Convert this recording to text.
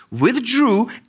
withdrew